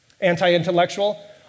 Anti-intellectual